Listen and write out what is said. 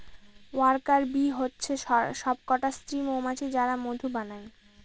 worker bee হচ্ছে সবকটা স্ত্রী মৌমাছি যারা মধু বানায়